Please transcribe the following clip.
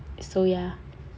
so ya